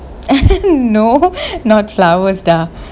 no not flowers dah